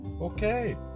okay